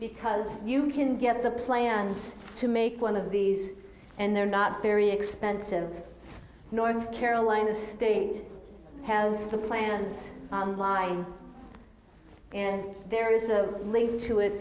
because you can get the plans to make one of these and they're not very expensive north carolina's staying has the plans why and there is a link to it